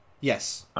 Yes